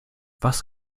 was